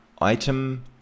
Item